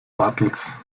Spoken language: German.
bartels